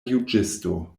juĝisto